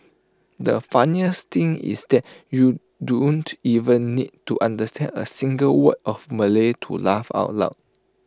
the funniest thing is that you don't even need to understand A single word of Malay to laugh out loud